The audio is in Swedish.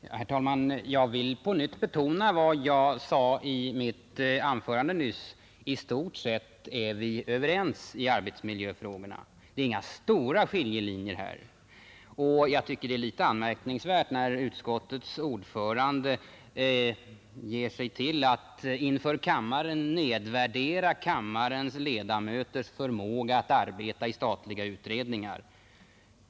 Herr talman! Jag vill på nytt betona vad jag sade i mitt anförande nyss: I stort sett är vi överens i arbetsmiljöfrågorna. Det är inga skarpa skiljelinjer här. Jag tycker det är litet anmärkningsvärt när utskottets ordförande ger sig till att här nedvärdera kammarens ledamöters förmåga att arbeta i statliga utredningar.